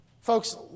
Folks